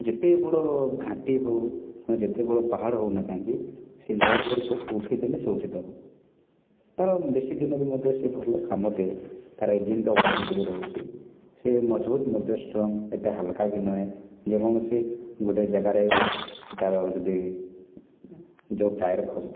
ଯେତେ ବଡ଼ ଘାଟି ହଉ କିମ୍ବା ଯେତେ ବଡ଼ ପାହାଡ଼ ହେଉନା କାହିଁକି ସେ ଉଠେଇଦେଲେ ସେ ଉଠେଇଦେବ ତାର ବେଶୀଦିନ ବି ମଧ୍ୟ ସିଏ ଭଲ କାମଦିଏ ତାର ଇଞ୍ଜିନ୍ର ୱାରେଣ୍ଟି ବି ରହୁଛି ସିଏ ମଜବୁତ ମଧ୍ୟ ଷ୍ଟ୍ରଙ୍ଗ୍ ଏତେ ହାଲକା ବି ନୁହେଁ ଯେକୌଣସି ଗୋଟେ ଜାଗାରେ ସେ ତାର ଯଦି ଯେଉଁ ଟାୟାର୍ ଖସ